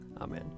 Amen